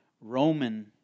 Roman